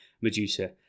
Medusa